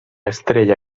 estrella